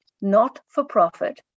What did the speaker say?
not-for-profit